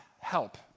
help